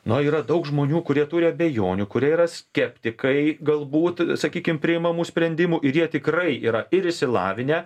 nu yra daug žmonių kurie turi abejonių kurie yra skeptikai galbūt sakykim priimamų sprendimų ir jie tikrai yra ir išsilavinę